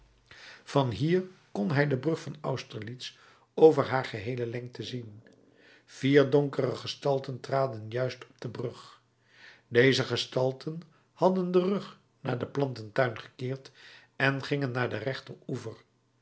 van hier kon hij de brug van austerlitz over haar geheele lengte zien vier donkere gestalten traden juist op de brug deze gestalten hadden den rug naar den plantentuin gekeerd en gingen naar den